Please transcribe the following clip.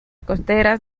costeras